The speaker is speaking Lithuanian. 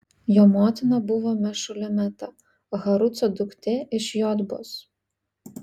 jo motina buvo mešulemeta haruco duktė iš jotbos